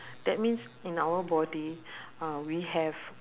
that means in our body uh we have